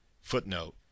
footnote